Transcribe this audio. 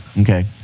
Okay